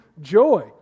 joy